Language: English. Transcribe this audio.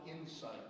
insight